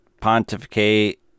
pontificate